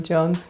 John